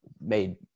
made